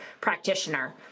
practitioner